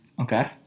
Okay